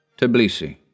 Tbilisi